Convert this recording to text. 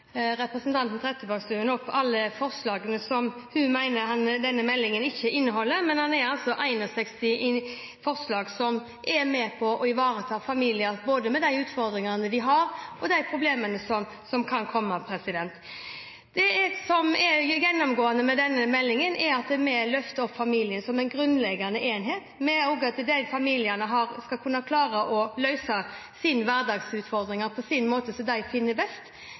representanten Trettebergstuen opp alle forslagene som hun mener denne meldingen ikke inneholder. Men det er altså 61 forslag som er med på å ivareta familien, både med de utfordringene de har, og de problemene som kan komme. Det som er gjennomgående med denne meldingen, er at vi løfter opp familien som en grunnleggende enhet, men også at familiene skal klare å løse sine hverdagsutfordringer på den måten som de finner best,